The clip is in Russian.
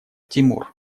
тимур